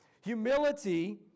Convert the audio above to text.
humility